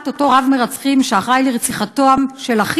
אותו רב-מרצחים שאחראי לרציחתם של הכי